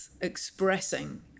expressing